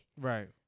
right